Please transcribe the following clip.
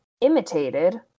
Imitated